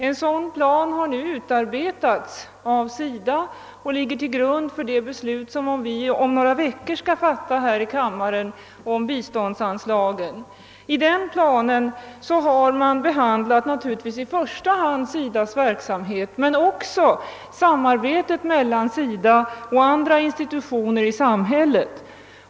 En sådan plan har nu utarbetats av SIDA och ligger till grund för det beslut som vi om några veckor skall fatta här i kammaren om biståndsanslagen. I denna plan har man behandlat i första hand SIDA:s verksamhet men också samarbetet mellan SIDA och andra institutioner i samhället.